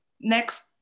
Next